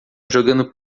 jogando